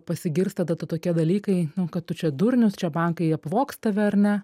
pasigirsta tada tokie dalykai kad tu čia durnius čia bankai apvogs tave ar ne